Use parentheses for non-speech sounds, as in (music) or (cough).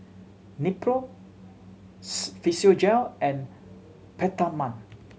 Nepro (unintelligible) Physiogel and Peptamen